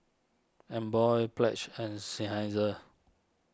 Emborg Pledge and Seinheiser